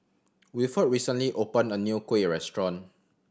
Wilford recently opened a new kuih restaurant